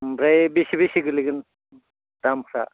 ओमफ्राय बेसे बेसे गोग्लैगोन दामफोरा